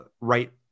right